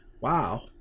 Wow